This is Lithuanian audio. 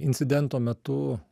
incidento metu